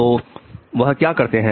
तो वह क्या करते हैं